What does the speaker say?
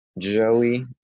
joey